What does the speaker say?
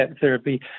therapy